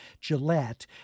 Gillette